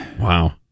Wow